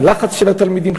בלחץ של התלמידים,